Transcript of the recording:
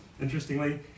interestingly